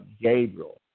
Gabriel